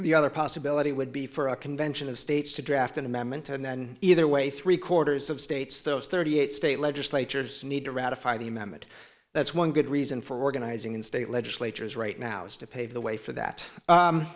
the other possibility would be for a convention of states to draft an amendment and then either way three quarters of states those thirty eight state legislatures need to ratify the amendment that's one good reason for organizing in state legislatures right now is to pave the way for that